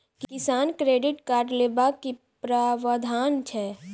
किसान credit card लेबाक की प्रावधान छै?